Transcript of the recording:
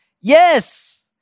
Yes